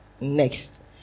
next